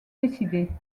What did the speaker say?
décidée